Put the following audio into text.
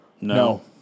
No